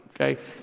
Okay